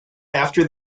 after